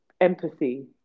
empathy